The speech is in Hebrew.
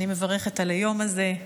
אני מברכת על היום הזה.